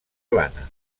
plana